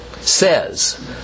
says